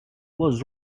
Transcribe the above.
was